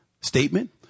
statement